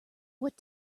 what